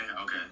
okay